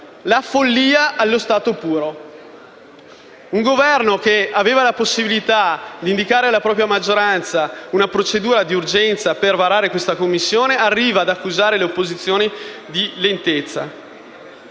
La follia allo stato puro: un Governo che aveva la possibilità di indicare alla propria maggioranza una procedura d'urgenza per varare questa Commissione arriva ad accusare le opposizioni di lentezza!